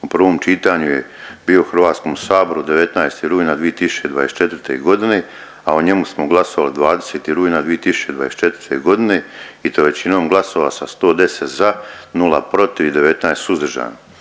u prvom čitanju je bio Hrvatskom saboru 19. rujna 2024. godine, a o njemu smo glasovali 20. rujna 2024. godine i to većinom glasova sa 110 za, 0 protiv i 19 suzdržan.